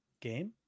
Game